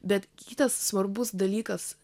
bet kitas svarbus dalykas